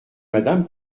madame